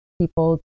people